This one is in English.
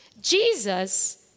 Jesus